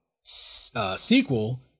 sequel